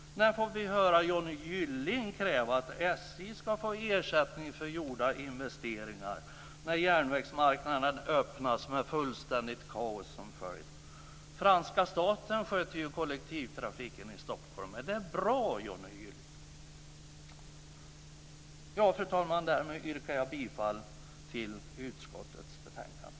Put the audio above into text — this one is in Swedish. När får vi höra Johnny Gylling kräva att SJ ska få ersättning för gjorda investeringar, när järnvägsmarknaden öppnas med fullständigt kaos som följd? Franska staten sköter ju kollektivtrafiken i Stockholm. Är det bra, Johnny Gylling? Fru talman! Därmed yrkar jag bifall till hemställan i utskottets betänkande.